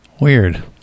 Weird